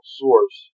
source